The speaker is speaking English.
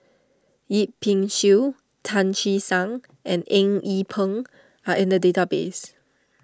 Yip Pin Xiu Tan Che Sang and Eng Yee Peng are in the database